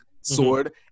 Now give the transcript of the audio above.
sword